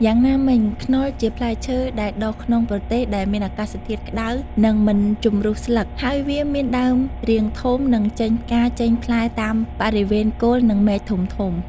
យ៉ាងណាមិញ ខ្នុរជាផ្លែឈើ ដែលដុះក្នុងប្រទេសដែលមានអាកាសធាតុក្តៅ និងមិនជំរុះស្លឹក ហើយវាមានដើមរាងធំ និងចេញផ្កាចេញផ្លែតាមបរិវេណគល់ ឬមែកធំៗ។